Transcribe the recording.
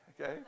okay